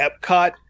Epcot